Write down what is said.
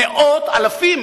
מאות אלפים